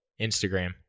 Instagram